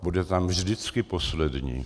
Bude tam vždycky poslední.